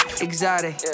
Exotic